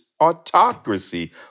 autocracy